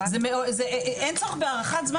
אין צורך בהארכת זמן.